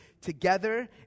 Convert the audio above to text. together